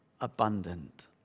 abundant